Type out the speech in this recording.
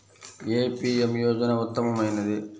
ఏ PM యోజన ఉత్తమమైనది?